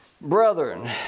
Brethren